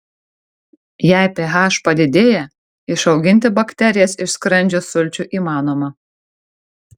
jei ph padidėja išauginti bakterijas iš skrandžio sulčių įmanoma